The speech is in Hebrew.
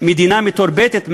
מדינה מתורבתת,